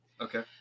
Okay